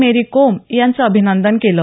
मेरी कोम यांचं अभिनंदन केलं